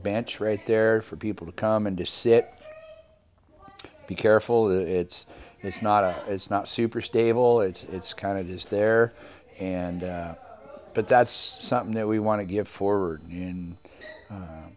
bench right there for people to come and just sit be careful it's it's not it's not super stable it's kind of is there and but that's something that we want to give for you and